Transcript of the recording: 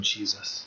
Jesus